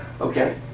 Okay